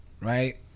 right